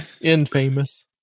Infamous